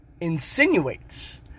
insinuates